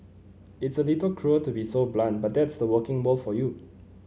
it's a little cruel to be so blunt but that's the working world for you